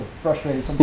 frustrated